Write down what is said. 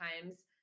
times